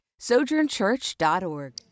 sojournchurch.org